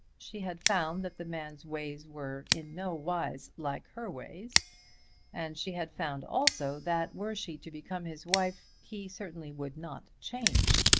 she had found that the man's ways were in no wise like her ways and she had found also that were she to become his wife, he certainly would not change.